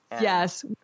yes